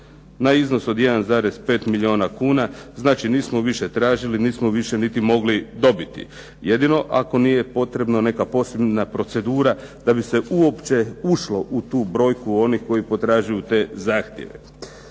na iznos od 1,5 milijuna kuna. Znači, nismo više tražili. Nismo više niti mogli dobiti. Jedino ako nije potrebna neka posebna procedura da bi se uopće ušlo u tu brojku onih koji potražuju te zahtjeve.